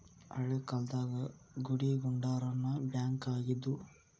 ಹಳೇ ಕಾಲ್ದಾಗ ಗುಡಿಗುಂಡಾರಾನ ಬ್ಯಾಂಕ್ ಆಗಿದ್ವು